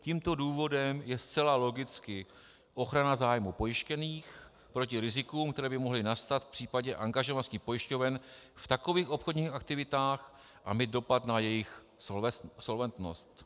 Tímto důvodem je zcela logicky ochrana zájmů pojištěných proti rizikům, která by mohla nastat v případě angažovanosti pojišťoven v takových obchodních aktivitách a mít dopad na jejich solventnost.